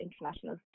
international